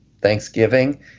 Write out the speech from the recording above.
Thanksgiving